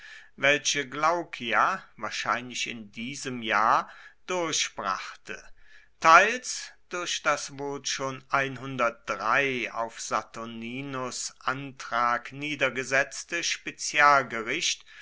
welche glaucia wahrscheinlich in diesem jahr durchbrachte teils durch das wohl schon auf saturninus antrag niedergesetzte